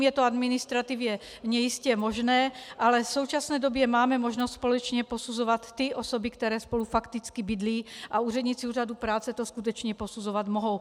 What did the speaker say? Je to administrativně jistě možné, ale v současné době máme možnost společně posuzovat ty osoby, které spolu fakticky bydlí, a úředníci úřadu práce to skutečně posuzovat mohou.